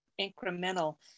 incremental